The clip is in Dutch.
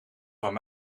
van